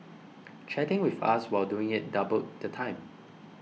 chatting with us while doing it doubled the time